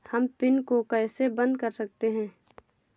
हम पिन को कैसे बंद कर सकते हैं?